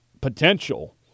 potential